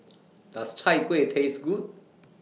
Does Chai Kuih Taste Good